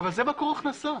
אבל זה מקור הכנסה.